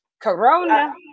Corona